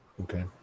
Okay